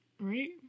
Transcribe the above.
Right